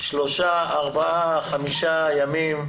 שלושה-ארבעה-חמישה ימים,